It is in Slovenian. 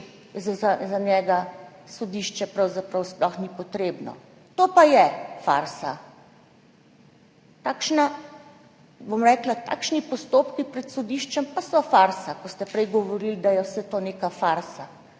za njega sodišče pravzaprav sploh ni potrebno. To pa je farsa, takšni postopki pred sodiščem pa so farsa, ko ste prej govorili, da je vse to neka farsa,